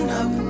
up